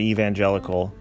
Evangelical